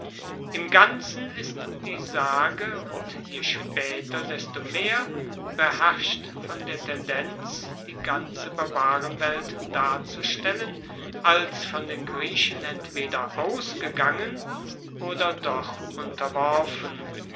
im ganzen ist die sage und je spaeter desto mehr beherrscht von der tendenz die ganze barbarenwelt darzustellen als von den griechen entweder ausgegangen oder doch unterworfen